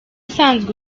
usanzwe